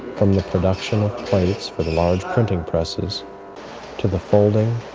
from the production of plates for the large printing presses to the folding,